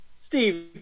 Steve